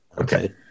Okay